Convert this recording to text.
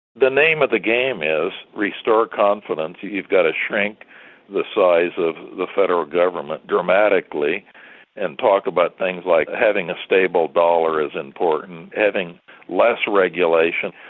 the name of the game is, restore confidence you've got to shrink the size of the federal government dramatically and talk about things like having a stable dollar is important, having less regulation.